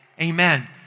Amen